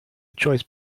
choice